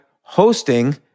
hosting